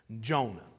Jonah